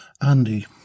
Andy